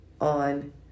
on